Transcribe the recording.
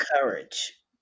courage